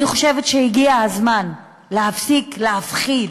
אני חושבת שהגיע הזמן להפסיק להפחיד,